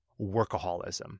workaholism